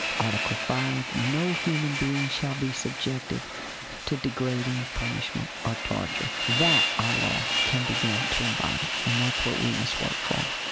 article five, no human being shall be subjected to degrading punishment or torture. that our law can begin to embody, and that's what we must work for.